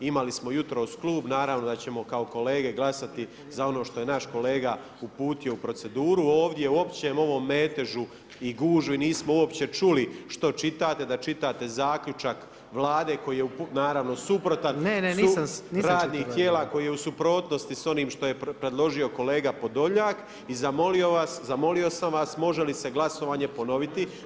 Imali smo jutros klub, naravno da ćemo kao kolege glasati za ono što je naš kolega uputio u proceduru, ovdje u općem ovom metežu i gužvi nismo uopće čuli što čitate, da čitate zaključak Vlade koji je naravno suprotan [[Upadica predsjednik: Ne, ne, nisam čitao.]] radnih tijela koji je u suprotnosti s onim što je predložio kolega Podolnjak, i zamolio sam vas može li se glasovanje ponoviti.